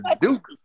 Duke